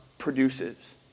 produces